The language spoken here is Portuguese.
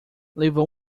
levou